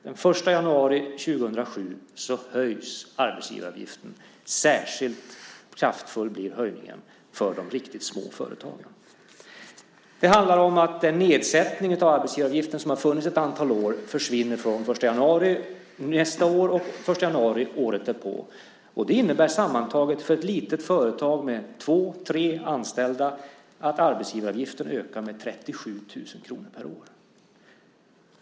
Den 1 januari 2007 höjs arbetsgivaravgiften. Särskilt kraftfull blir höjningen för de riktigt små företagen. Det handlar om att den nedsättning av arbetsgivaravgiften som har funnits ett antal år försvinner från den 1 januari nästa år och den 1 januari året därpå. Det innebär för ett litet företag med två tre anställda att arbetsgivaravgiften sammantaget ökar med 37 000 kr per år.